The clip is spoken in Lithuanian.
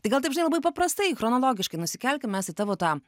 tai gal taip žinai labai paprastai chronologiškai nusikelkim mes į tavo tą